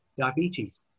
diabetes